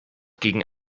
gegen